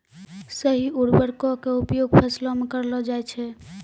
सही उर्वरको क उपयोग फसलो म करलो जाय छै